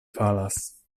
falas